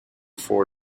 four